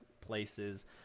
places